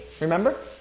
Remember